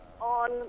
On